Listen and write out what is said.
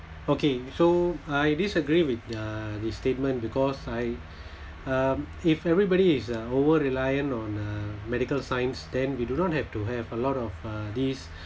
okay so I disagree with the the statement because I um if everybody is uh over reliant on uh medical science then we do not have to have a lot of uh these